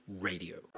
Radio